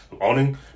owning